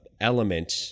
element